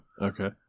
Okay